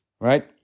right